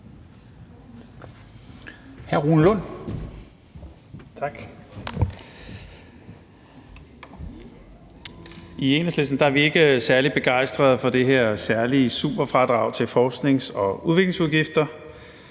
(Ordfører) Rune Lund (EL): I Enhedslisten er vi ikke særlig begejstrede for det her super fradrag til forsknings- og udviklingsudgifter,